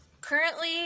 currently